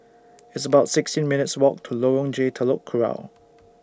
It's about sixteen minutes' Walk to Lorong J Telok Kurau